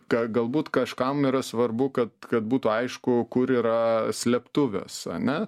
kad galbūt kažkam yra svarbu kad kad būtų aišku kur yra slėptuvės ane